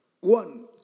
One